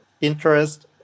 interest